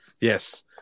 yes